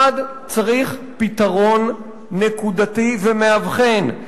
1. צריך פתרון נקודתי ומאבחן.